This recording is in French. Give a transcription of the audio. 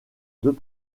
deux